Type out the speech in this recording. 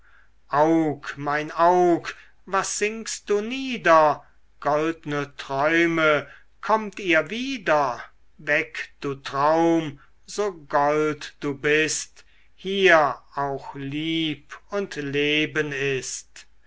aug mein aug was sinkst du nieder goldne träume kommt ihr wieder weg du traum so gold du bist hier auch lieb und leben ist